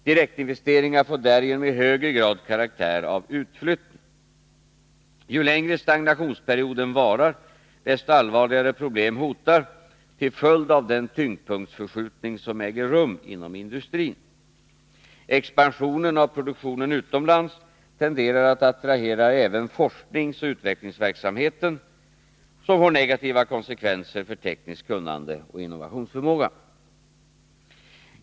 Direktinvesteringar får därigenom i högre grad karaktär av ”utflyttning”. Ju längre stagnationsperioden varar, desto allvarligare problem hotar till följd av den tyngdpunktsförskjutning som äger rum inom industrin. Expansionen av produktionen utomlands tenderar att attrahera även forskningsoch utvecklingsverksamheten, vilket medför negativa konsekvenser för tekniskt kunnande och innovationsförmåga.